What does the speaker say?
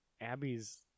Abby's